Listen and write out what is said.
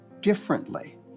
differently